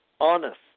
Honest